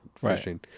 fishing